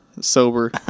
sober